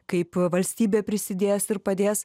kaip valstybė prisidės ir padės